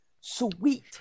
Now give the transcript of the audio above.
sweet